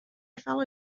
follow